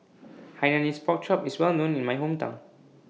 Hainanese Pork Chop IS Well known in My Hometown